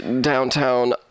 downtown